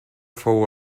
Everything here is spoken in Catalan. fou